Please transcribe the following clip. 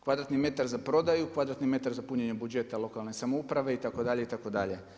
Kvadratni metar za prodaju, kvadratni metar za punjenje budžeta lokalne samouprave itd., itd.